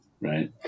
right